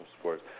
sports